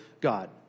God